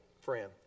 friend